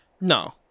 No